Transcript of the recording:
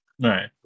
Right